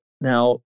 Now